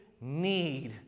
need